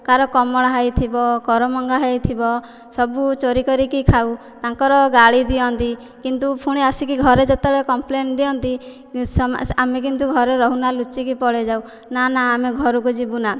କାହାର କମଳା ହୋଇଥିବ କରମଙ୍ଗା ହୋଇଥିବ ସବୁ ଚୋରି କରିକି ଖାଉ ତାଙ୍କର ଗାଳି ଦିଅନ୍ତି କିନ୍ତୁ ପୁଣି ଆସିକି ଘରେ ଯେତେବେଳେ କମ୍ପ୍ଲେନ୍ ଦିଅନ୍ତି ଆମେ କିନ୍ତୁ ଘରେ ରହୁନା ଲୁଚିକି ପଳାଇଯାଉ ନା ନା ଆମେ ଘରକୁ ଯିବୁନା